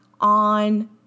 on